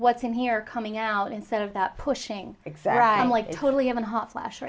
what's in here coming out instead of that pushing exam and like totally having hot flashes